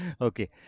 Okay